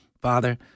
Father